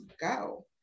go